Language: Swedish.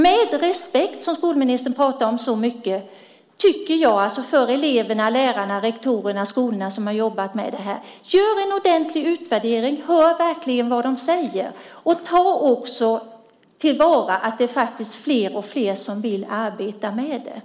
Med respekt - som skolministern pratar så mycket om - för eleverna, lärarna, rektorerna och skolorna som har jobbat med detta, gör en ordentlig utvärdering! Lyssna verkligen på vad de säger! Och ta också till vara att det faktiskt är fler och fler som vill arbeta med detta.